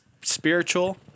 spiritual